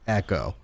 echo